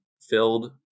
filled